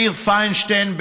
מאיר פיינשטיין,